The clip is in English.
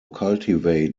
cultivate